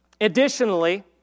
Additionally